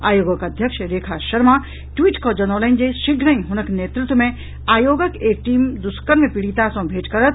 आयोगक अध्यक्ष रेखा शर्मा ट्वीट कऽ जनौलनि जे शीघ्रहि हुनक नेतृत्व मे आयोगक एक टीम दुष्कर्म पीड़िता सॅ भेट करत